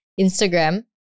instagram